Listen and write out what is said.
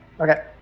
Okay